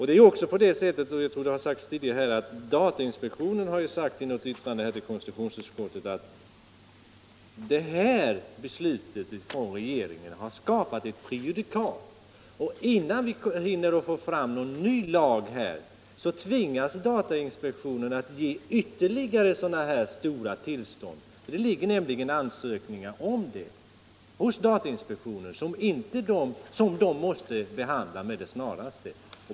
Datainspektionen har — det har visst sagts tidigare — i något yttrande till konstitutionsutskottet förklarat att regeringens beslut skapat ett prejudikat. Innan vi hinner få fram någon ny lag, tvingas datainspektionen ge ytterligare stora tillstånd. Hos datainspektionen ligger nämligen ansökningar, som måste behandlas med det snaraste.